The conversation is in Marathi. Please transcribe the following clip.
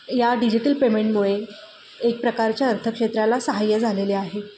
या डिजिटल पेमेंटमुळे एक प्रकारच्या अर्थक्षेत्राला साहाय्य झालेले आहे